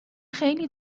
خیلی